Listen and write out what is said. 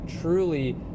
truly